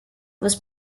was